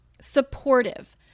supportive